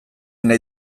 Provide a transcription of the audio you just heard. nahi